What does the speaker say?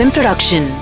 Production